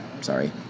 sorry